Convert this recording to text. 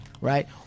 right